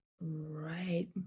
right